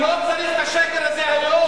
אתה לא צריך את השקר הזה היום,